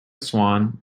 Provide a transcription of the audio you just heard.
swan